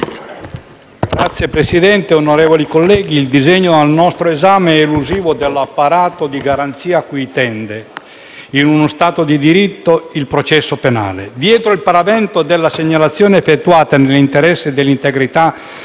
Signor Presidente, onorevoli colleghi, il disegno di legge al nostro esame è elusivo dell'apparato di garanzie cui tende, in uno Stato di diritto, il processo penale. Dietro il paravento della segnalazione effettuata nell'interesse dell'integrità